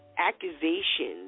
accusations